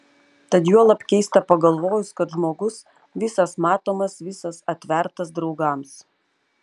tad juolab keista pagalvojus kad žmogus visas matomas visas atvertas draugams